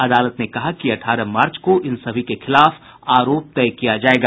अदालत ने कहा कि अठारह मार्च को इन सभी के खिलाफ आरोप तय किया जायेगा